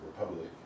Republic